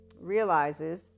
realizes